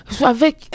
avec